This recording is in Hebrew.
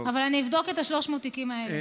אבל אבדוק את 300 נתיקים האלה.